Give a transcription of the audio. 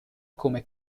come